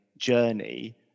journey